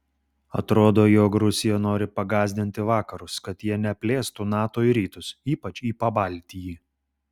atrodo jog rusija nori pagąsdinti vakarus kad jie neplėstų nato į rytus ypač į pabaltijį